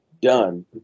done